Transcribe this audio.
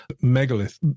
megalith